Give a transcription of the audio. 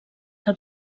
que